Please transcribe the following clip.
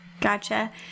Gotcha